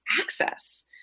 access